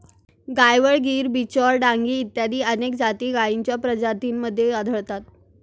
गायवळ, गीर, बिचौर, डांगी इत्यादी अनेक जाती गायींच्या प्रजातींमध्ये आढळतात